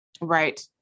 Right